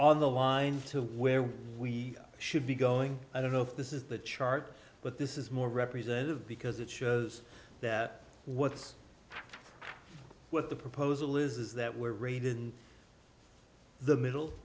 on the line to where we should be going i don't know if this is the chart but this is more representative because it shows that what's what the proposal is that we're rated in the middle